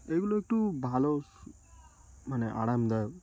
এগুলো একটু ভালো মানে আরামদায়ক